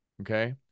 okay